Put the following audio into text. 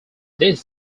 this